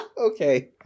okay